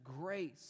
grace